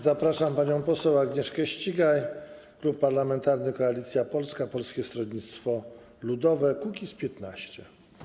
Zapraszam panią poseł Agnieszkę Ścigaj, Klub Parlamentarny Koalicja Polska - Polskie Stronnictwo Ludowe - Kukiz15.